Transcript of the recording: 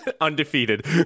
Undefeated